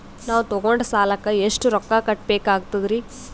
ನಾವು ತೊಗೊಂಡ ಸಾಲಕ್ಕ ಎಷ್ಟು ರೊಕ್ಕ ಕಟ್ಟಬೇಕಾಗ್ತದ್ರೀ?